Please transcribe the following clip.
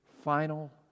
Final